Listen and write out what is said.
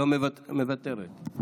מוותרת.